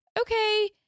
okay